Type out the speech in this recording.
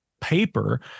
paper